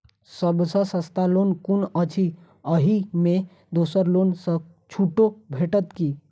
सब सँ सस्ता लोन कुन अछि अहि मे दोसर लोन सँ छुटो भेटत की?